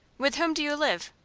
with whom do you live?